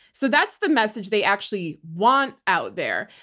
so that's the message they actually want out there.